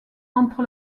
entre